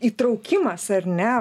įtraukimas ar ne